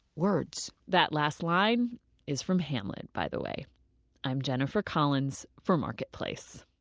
words that last line is from hamlet, by the way i'm jennifer collins for marketplace